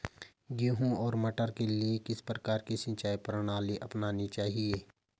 गेहूँ और मटर के लिए किस प्रकार की सिंचाई प्रणाली अपनानी चाहिये?